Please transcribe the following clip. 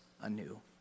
anew